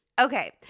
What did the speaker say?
Okay